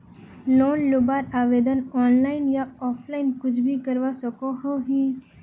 Loan लुबार आवेदन online या ऑफलाइन कुछ भी करवा सकोहो ही?